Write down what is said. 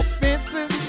fences